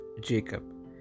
Jacob